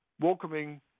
Welcoming